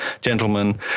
gentlemen